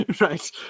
right